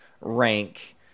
rank